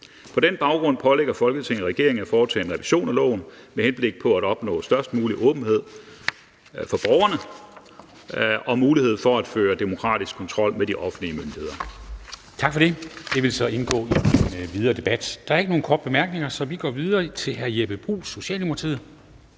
På den baggrund pålægger Folketinget regeringen at foretage en revision af loven med henblik på at opnå størst mulig åbenhed for borgerne og mulighed for at føre demokratisk kontrol med de offentlige myndigheder.«